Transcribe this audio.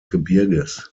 gebirges